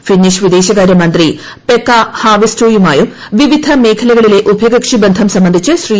Finnish വിദേശകാര്യമന്ത്രി Pekka ഹാവിസ്റ്റോയുമായും വിവിധ മേഖലകളിലെ ഉഭയകക്ഷി ബന്ധം സംബന്ധിച്ച് ശ്രീ